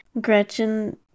gretchen